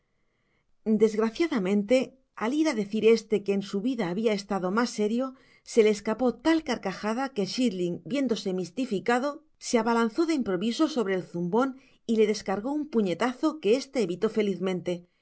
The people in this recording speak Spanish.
desgraciadamente al ir á decir este que en su vida habia estado mas serio se le escapó tal carcajada que chitling viéndose